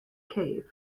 cave